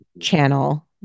channel